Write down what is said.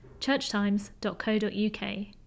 churchtimes.co.uk